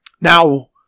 Now